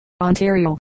Ontario